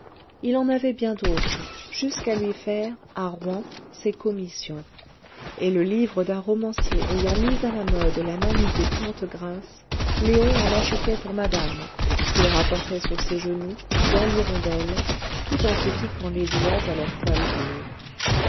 il en avait bien d'autres jusqu'à lui faire à rouen ses commissions et le livre d'un romancier ayant mis à la mode la manie des plantes grasses léon en achetait pour madame qu'il rapportait sur ses genoux dans l'hirondelle tout en se piquant les doigts à leurs poils durs